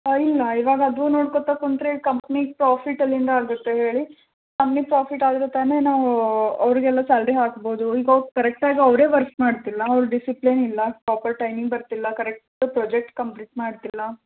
ಇಲ್ಲ ಇವಾಗ ಅದು ನೋಡ್ಕೋತಾ ಕೂತ್ರೆ ಕಂಪ್ನಿ ಪ್ರಾಫಿಟಲ್ಲಿ ಹೆಂಗಾಗತ್ತೆ ಹೇಳಿ ಕಂಪ್ನಿ ಪ್ರಾಫಿಟ್ ಆದರೆ ತಾನೆ ನಾವು ಅವರಿಗೆಲ್ಲ ಸ್ಯಾಲ್ರಿ ಹಾಕ್ಬೋದು ಈಗ ಅವ್ರು ಕರೆಕ್ಟಾಗಿ ಅವ್ರ ವರ್ಕ್ ಮಾಡ್ತಿಲ್ಲ ಅವ್ರು ಡಿಸಿಪ್ಲೀನ್ ಇಲ್ಲ ಪ್ರೋಪರ್ ಟೈಮಿಂಗ್ ಬರ್ತಿಲ್ಲ ಕರೆಕ್ಟ್ ಪ್ರಾಜೆಕ್ಟ್ ಕಂಪ್ಲೀಟ್ ಮಾಡ್ತಿಲ್ಲ